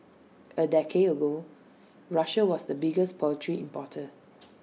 A decade ago Russia was the biggest poultry importer